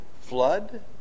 flood